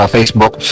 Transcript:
Facebook